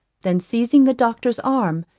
then seizing the doctor's arm,